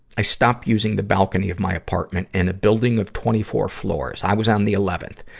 i stopped using the balcony of my apartment in a building of twenty four floors. i was on the eleventh.